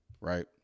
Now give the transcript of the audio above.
right